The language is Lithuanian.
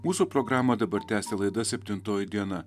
mūsų programą dabar tęsia laida septintoji diena